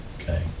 Okay